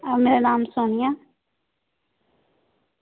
आं मेरा नाम सोनिया